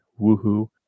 Woohoo